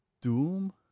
doom